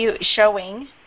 showing